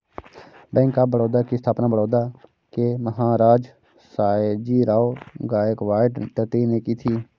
bank of Baroda की स्थापना बड़ौदा के महाराज सयाजीराव गायकवाड तृतीय ने की थी